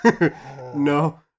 No